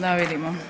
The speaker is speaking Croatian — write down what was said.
Da vidimo.